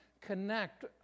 connect